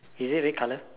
is it red color